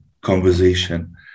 Conversation